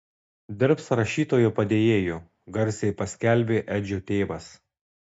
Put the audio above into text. dirbs rašytojo padėjėju garsiai paskelbė edžio tėvas